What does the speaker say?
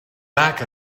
back